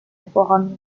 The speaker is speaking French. forum